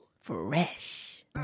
Fresh